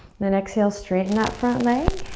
then exhale, straighten that front leg,